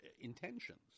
intentions